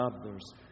others